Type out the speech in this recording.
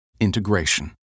Integration